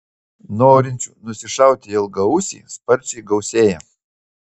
norinčių nusišauti ilgaausį sparčiai gausėja